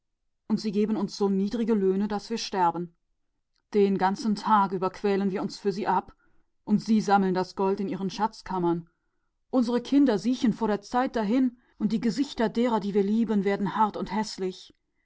und sie geben uns so kläglichen lohn daß wir sterben wir arbeiten für sie den ganzen tag und sie häufen das gold in ihren schränken aber unsere kinder welken vor ihrer zeit dahin und die gesichter derer die wir lieben werden hart und